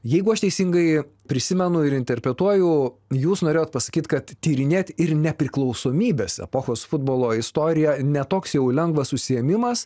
jeigu aš teisingai prisimenu ir interpretuoju jūs norėjot pasakyt kad tyrinėt ir nepriklausomybės epochos futbolo istoriją ne toks jau lengvas užsiėmimas